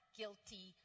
guilty